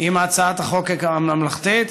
עם הצעת החוק הממלכתית,